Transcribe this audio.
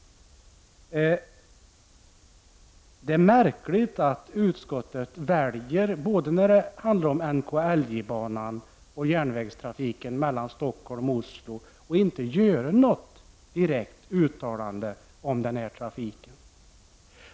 Det är märkligt att utskottet, både när det gäller NKIJ-banan och när det gäller järnvägstrafiken mellan Stockholm och Oslo, väljer att inte göra något direkt uttalande om denna trafik.